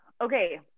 Okay